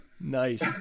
Nice